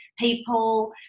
people